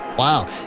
Wow